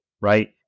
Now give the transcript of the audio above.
right